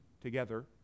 together